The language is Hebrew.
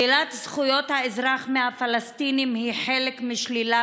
"שלילת זכויות האזרח מהפלסטינים היא חלק משלילה